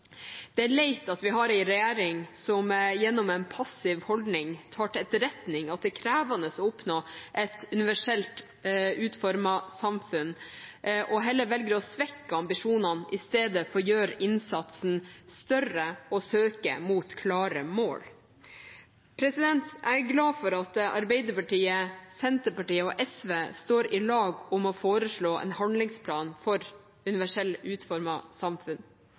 Det er leit at vi har en regjering som gjennom en passiv holdning tar til etterretning at det er krevende å oppnå et universelt utformet samfunn, og heller velger å svekke ambisjonene istedenfor å gjøre innsatsen større og søke mot klare mål. Jeg er glad for at Arbeiderpartiet, Senterpartiet og SV står sammen om å foreslå en handlingsplan for et universelt utformet samfunn.